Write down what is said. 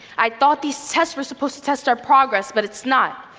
i thought these tests were supposed to test our progress but it's not,